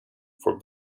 for